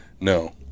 no